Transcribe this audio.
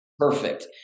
Perfect